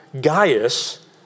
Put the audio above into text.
Gaius